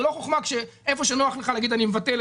זה לא חוכמה שאיפה שנוח לך להגיד אני מבטל,